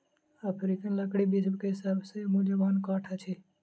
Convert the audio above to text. African लकड़ी विश्व के सभ से मूल्यवान काठ अछि